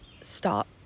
stop